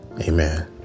Amen